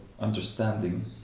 understanding